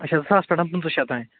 اَچھا زٕ ساس پٮ۪ٹھ پٕنٛژٕ شتھ تانۍ